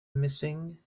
missing